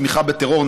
תמיכה בטרור,